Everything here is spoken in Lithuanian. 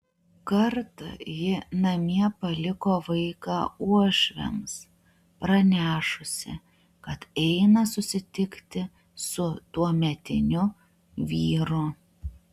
kartą ji namie paliko vaiką uošviams pranešusi kad eina susitikti su tuometiniu vyru